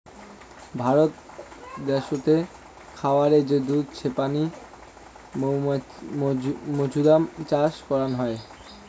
ভারত দ্যাশোতে খায়ারে যে দুধ ছেপনি মৌছুদাম চাষ করাং হই